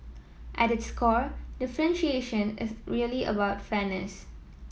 at its core differentiation is really about fairness